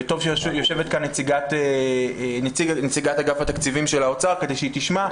וטוב שיושבת כאן נציגת אגף התקציבים של האוצר כדי שהיא תשמע.